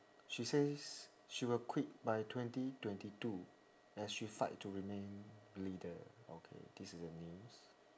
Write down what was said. she says she will quit by twenty twenty two as she fight to remain leader okay this is the news